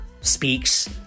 speaks